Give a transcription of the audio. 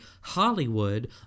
Hollywood